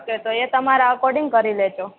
એ તમારા એકકોર્ડિંગ કરી લેજો